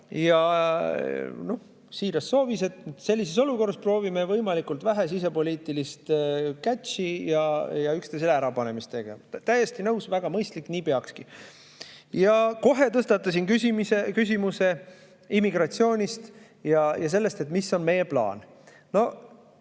siiras soovis, et sellises olukorras proovime võimalikult vähe sisepoliitilist kätši ja üksteisele ärapanemist teha. Täiesti nõus, väga mõistlik, nii peakski. Kohe tõstatasin küsimuse immigratsioonist ja sellest, mis on meie plaan.